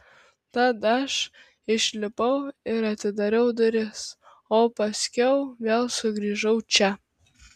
tad aš išlipau ir atidariau duris o paskiau vėl sugrįžau čia